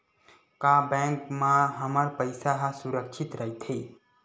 का बैंक म हमर पईसा ह सुरक्षित राइथे?